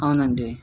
అవును అండి